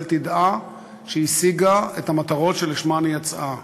תדע שהיא השיגה את המטרות שלשמן היא יצאה.